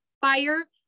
fire